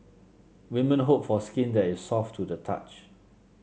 women hope for skin that is soft to the touch